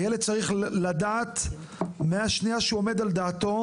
הילד צריך לדעת מהשנייה שהוא עומד על דעתו